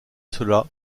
cela